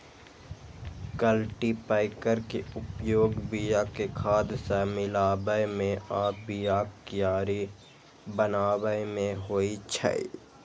cultipacker के उपयोग बिया कें खाद सं मिलाबै मे आ बियाक कियारी बनाबै मे होइ छै